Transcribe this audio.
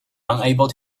unable